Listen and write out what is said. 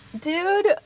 dude